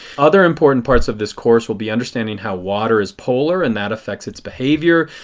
other important parts of this course will be understanding how water is polar and that affects its behavior.